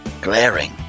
Glaring